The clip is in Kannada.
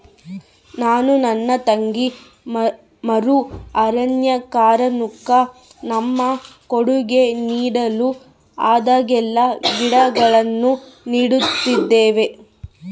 ನಾನು ನನ್ನ ತಂಗಿ ಮರು ಅರಣ್ಯೀಕರಣುಕ್ಕ ನಮ್ಮ ಕೊಡುಗೆ ನೀಡಲು ಆದಾಗೆಲ್ಲ ಗಿಡಗಳನ್ನು ನೀಡುತ್ತಿದ್ದೇವೆ